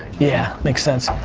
yeah, makes sense.